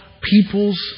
peoples